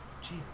Jesus